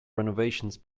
renovations